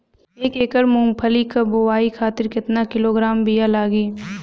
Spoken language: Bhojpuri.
एक एकड़ मूंगफली क बोआई खातिर केतना किलोग्राम बीया लागी?